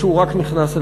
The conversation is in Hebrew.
כשהוא רק נכנס לתפקיד,